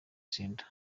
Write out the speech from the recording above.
center